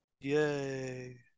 Yay